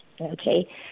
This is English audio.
Okay